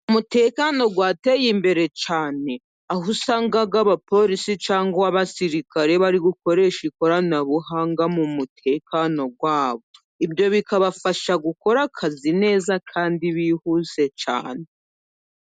Umutekano wateye imbere cyane aho usanga abapolisi cyangwa abasirikare bari gukoresha ikoranabuhanga mu mutekano wabo, ibyo bikabafasha gukora akazi neza kandi bihuse cyane.